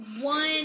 one